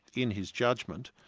in his judgment,